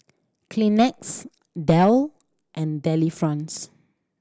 Kleenex Dell and Delifrance